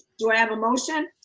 do i have a motion?